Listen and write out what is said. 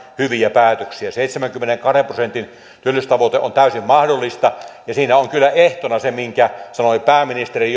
hyviä päätöksiä seitsemänkymmenenkahden prosentin työllisyystavoite on täysin mahdollinen ja siinä on on kyllä ehtona se minkä sanoi pääministeri